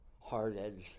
hard-edged